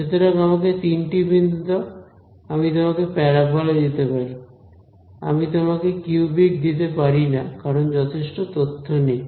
সুতরাং আমাকে তিনটি বিন্দু দাও আমি তোমাকে প্যারাবোলা দিতে পারি আমি তোমাকে কিউবিক দিতে পারি না কারণ যথেষ্ট তথ্য নেই